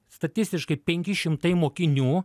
statistiškai penki šimtai mokinių